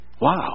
wow